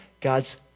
God's